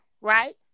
right